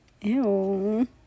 Ew